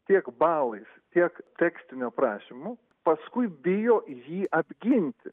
tiek balais tiek tekstiniu prašymu paskui bijo jį apginti